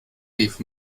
rief